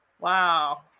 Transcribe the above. Wow